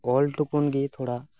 ᱚᱞ ᱴᱩᱠᱩᱱ ᱜᱮ ᱛᱷᱚᱲᱟ